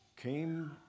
came